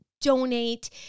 donate